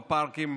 בפארקים,